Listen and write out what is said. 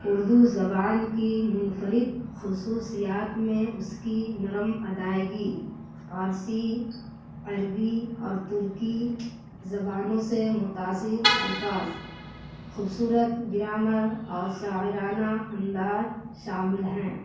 اردو زبان کی منفرد خصوصیات میں اس کی نرم ادائیگی فارسی عربی اور ترکی زبانوں سے متاثر الفاظ خوبصورت گرامر اور شاعرانہ انداز شامل ہیں